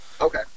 Okay